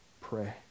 pray